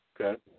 Okay